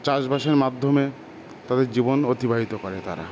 চাষবাসের মাধ্যমে তাদের জীবন অতিবাহিত করে তারা